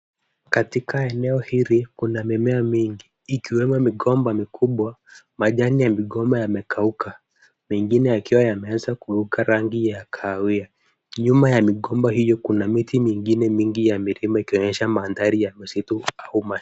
Katika eneo hili kuna mimea mingi ikiwemo migomba mikubwa, majani ya migomba yamekauka, mengine yakiwa yameanza kugeuka rangi ya kahawia. Nyuma ya migomba hiyo kuna miti mengine mingi ya milima ikionyesha mandhari ya misitu.